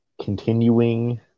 Continuing